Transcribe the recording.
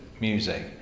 music